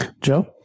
Joe